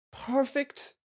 perfect